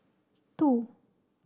two